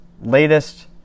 latest